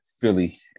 Philly